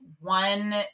one